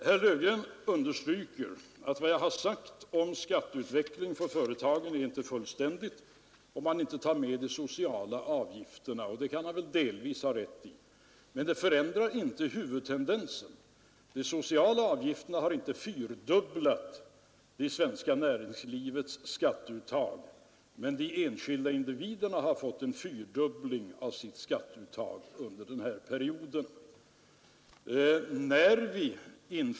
Herr Löfgren underströk att vad jag har sagt om skatteutvecklingen för företagen inte är fullständigt, såvida man inte tar med de sociala avgifterna. Det kan han delvis ha rätt i, men det förändrar inte huvudtendensen. De sociala avgifterna har inte fyrdubblat det svenska näringslivets skatteuttag, men de enskilda individerna har fått en fyrdubbling av sitt skatteuttag under den här perioden.